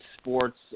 sports